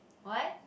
what